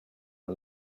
and